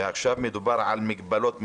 ועכשיו מדובר על מגבלות מלאות.